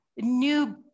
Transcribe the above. new